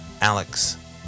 Alex